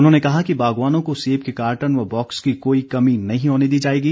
उन्होंने कहा कि बागवानों को सेब के कार्टन व बॉक्स की कोई कमी नहीं होने दी जाएगी